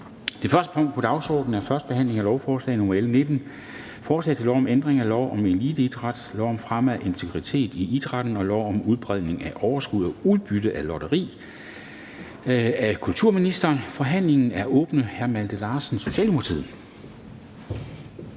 Det første punkt på dagsordenen er: 1) 1. behandling af lovforslag nr. L 19: Forslag til lov om ændring af lov om eliteidræt, lov om fremme af integritet i idrætten og lov om udlodning af overskud og udbytte af lotteri. (Styrkelse af atleternes stemme i Team Danmarks